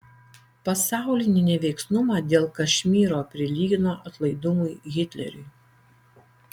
pasaulinį neveiksnumą dėl kašmyro prilygino atlaidumui hitleriui